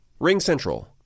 RingCentral